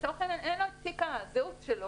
לצורך העניין אין לו את תיק הזהות שלו,